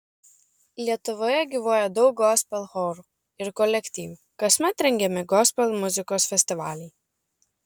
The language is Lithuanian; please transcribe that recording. lietuvoje gyvuoja daug gospel chorų ir kolektyvų kasmet rengiami gospel muzikos festivaliai